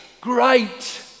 Great